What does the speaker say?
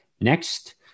Next